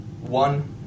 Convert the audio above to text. one